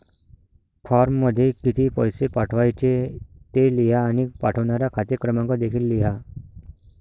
फॉर्ममध्ये किती पैसे पाठवायचे ते लिहा आणि पाठवणारा खाते क्रमांक देखील लिहा